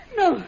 no